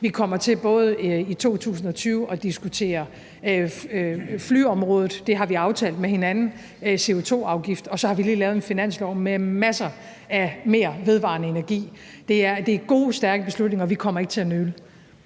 Vi kommer til i 2022 både at diskutere flyområdet – det har vi aftalt med hinanden – og CO2-afgifter, og så har vi lige lavet en finanslov med tiltag til meget mere vedvarende energi. Det er gode, stærke beslutninger, og vi kommer ikke til at nøle.